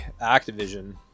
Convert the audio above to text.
Activision